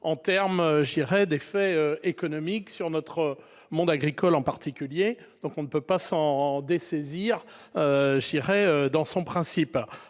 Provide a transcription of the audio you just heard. je dirais d'effets économiques sur notre monde agricole en particulier, donc on ne peut pas s'en dessaisir j'irai dans son principe